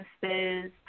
businesses